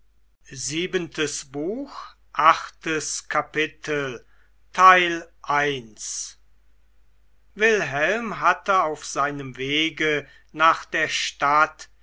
wilhelm hatte auf seinem wege nach der stadt